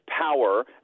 Power